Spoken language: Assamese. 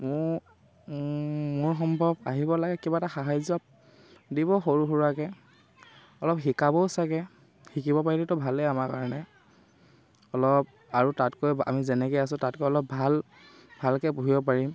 মোৰ সম্ভৱ আহিব লাগে কিবা এটা সাহাৰ্য দিব সৰু সুৰাকে অলপ শিকাবও চাগে শিকিব পাৰিলেতো ভালেই আমাৰ কাৰণে অলপ আৰু তাতকৈ আমি যেনেকে আছোঁ তাতকৈ অলপ ভাল ভালকে পুহিব পাৰিম